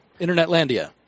Internetlandia